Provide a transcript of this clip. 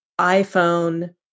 iPhone